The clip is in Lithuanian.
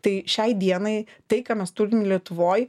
tai šiai dienai tai ką mes turim lietuvoj